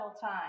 time